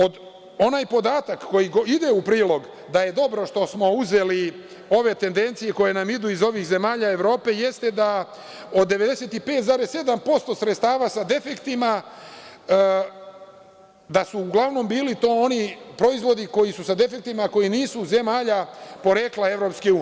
Onaj podatak koji ide u prilog da je dobro što smo uzeli ove tendencije koje nam idu iz ovih zemalja Evrope jeste da od 95,7% sredstava sa defektima, da su uglavnom bili to oni proizvodi koji su sa defektima, koji nisu poreklom iz zemalja EU.